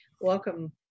welcome